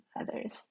others